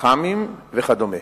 אח"מים וכדומה.